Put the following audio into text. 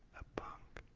a bunk,